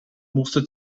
musste